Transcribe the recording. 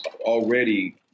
already